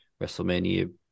WrestleMania